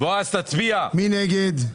מי נגד?